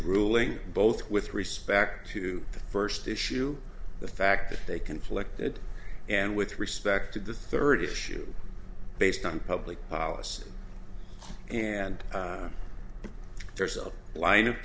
ruling both with respect to the first issue the fact that they conflicted and with respect to the third issue based on public policy and there's a line of